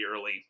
early